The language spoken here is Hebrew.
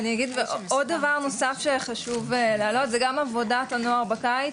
אני אגיד עוד דבר נוסף שחשוב להעלות זה גם עבודת הנוער בקיץ,